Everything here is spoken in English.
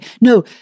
No